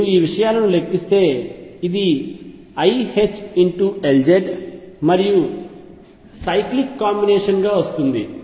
మీరు ఈ విషయాలను లెక్కిస్తే ఇది iℏLz మరియు సైక్లిక్ కాంబినేషన్ గా వస్తుంది